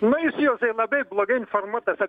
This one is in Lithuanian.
na jūs juozai labai blogai informuotas apie